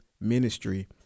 Ministry